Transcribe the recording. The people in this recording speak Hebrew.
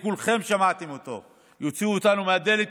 וכולכם שמעתם אותו: יוציאו אותנו מהדלת,